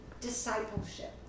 Discipleship